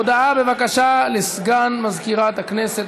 הודעה, בבקשה, לסגן מזכירת הכנסת.